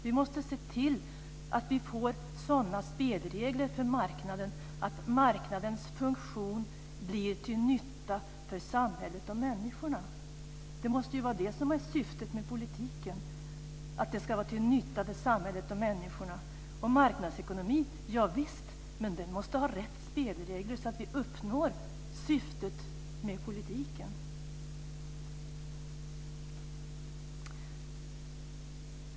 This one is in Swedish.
Vi måste se till att vi får sådana spelregler för marknaden att marknadens funktion blir till nytta för samhället och människorna. Det måste vara det som är syftet med politiken, dvs. att den ska vara till nytta för samhället och människorna. Marknadsekonomi - javisst! Men den måste ha rätt spelregler så att vi uppnår syftet med politiken.